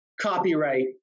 copyright